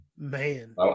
Man